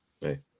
Hey